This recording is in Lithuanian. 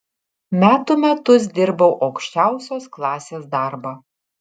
metų metus dirbau aukščiausios klasės darbą